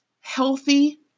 healthy